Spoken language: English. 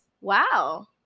Wow